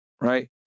Right